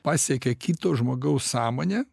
pasiekia kito žmogaus sąmonę